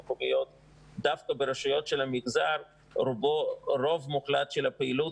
דווקא ברשויות של המגזר הרוב המוחלט של הפעילות